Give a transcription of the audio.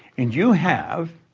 and you have,